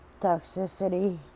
toxicity